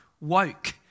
woke